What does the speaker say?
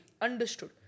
understood